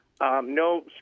No